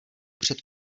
před